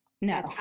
No